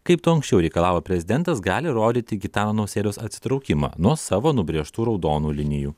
kaip to anksčiau reikalavo prezidentas gali rodyti gitano nausėdos atsitraukimą nuo savo nubrėžtų raudonų linijų